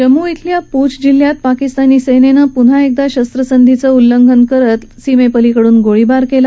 जम्मू खेल्या पूंछ जिल्ह्यात पाकिस्तानी सैन्यानं पुन्हा शस्त्रसंधीचं उल्लंघन करत सीमेपलिकडून गोळीबार केला